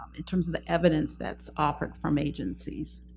in terms of the evidence that's offered from agencies?